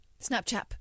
Snapchat